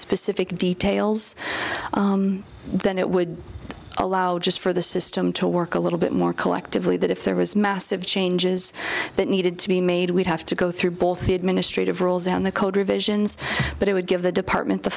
specific details then it would allow just for the system to work a little bit more collectively that if there was massive changes that needed to be made we'd have to go through both the administrative rules and the code revisions but it would give the department the